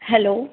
hello